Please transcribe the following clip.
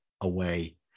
away